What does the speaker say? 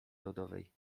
rodowej